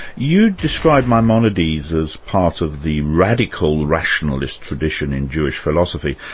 you describe maimonides as part of the radical, rationalist tradition in jewish philosophy.